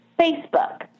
Facebook